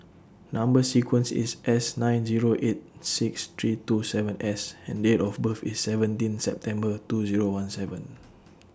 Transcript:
Number sequence IS S nine Zero eight six three two seven S and Date of birth IS seventeen September two Zero one seven